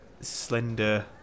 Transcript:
Slender